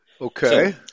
Okay